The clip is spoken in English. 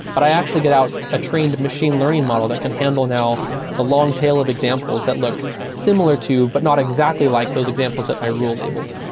but i actually get out a trained machine learning model that can handle now the long tail of examples that look similar to, but not exactly like those examples that i rule labeled